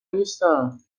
نیستم